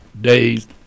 days